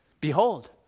Behold